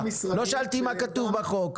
לא שאלתי אותך מה כתוב בחוק.